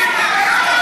תתייחס למה שעבר,